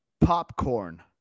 Popcorn